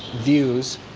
views.